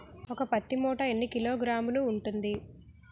ఒక పత్తి మూట ఎన్ని కిలోగ్రాములు ఉంటుంది?